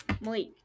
Malik